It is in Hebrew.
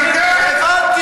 בסדר גמור.